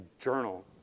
journal